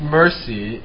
mercy